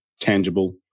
tangible